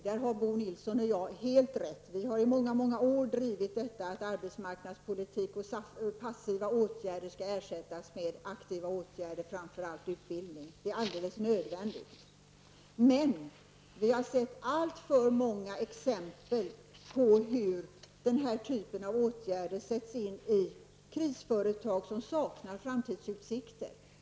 Där har Bo Nilsson och jag helt rätt. Vi moderater har i många år hävdat att arbetsmarknadspolitik och passiva åtgärder skall ersättas med aktiva åtgärder, framför allt utbildning. Det är alldeles nödvändigt. Men vi har sett alltför många exempel på hur den här typen av åtgärder sätts in i krisföretag som saknar framtidsutsikter.